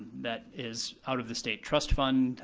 that is out of the state trust fund,